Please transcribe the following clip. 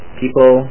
people